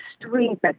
extreme